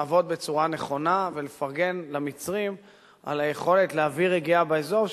לעבוד בצורה נכונה ולפרגן למצרים על היכולת להביא רגיעה באזור,